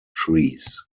trees